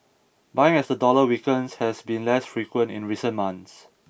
buying as the dollar weakens has been less frequent in recent months